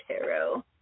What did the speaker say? Tarot